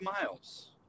miles